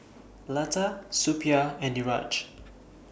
Lata Suppiah and Niraj